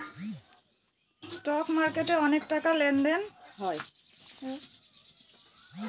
stock মার্কেটে অনেক টাকার লেনদেন হয়